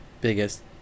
biggest